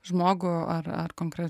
žmogų ar ar konkre